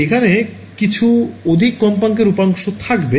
তাই এখনে কিছু অধিক কম্পাঙ্কের উপাংশ থাকবে